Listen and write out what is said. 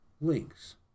links